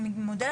עדיין